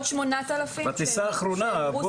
הם אומרים לא.